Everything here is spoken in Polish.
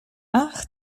ach